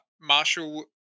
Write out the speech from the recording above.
Marshall